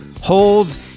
hold